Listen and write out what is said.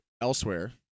elsewhere